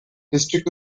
district